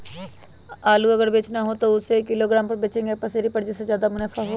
आलू अगर बेचना हो तो हम उससे किलोग्राम पर बचेंगे या पसेरी पर जिससे ज्यादा मुनाफा होगा?